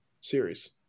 series